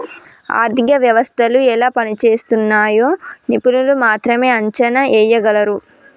ఆర్థిక వ్యవస్థలు ఎలా పనిజేస్తున్నయ్యో నిపుణులు మాత్రమే అంచనా ఎయ్యగలరు